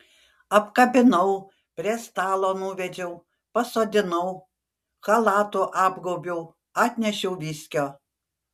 apkabinau prie stalo nuvedžiau pasodinau chalatu apgaubiau atnešiau viskio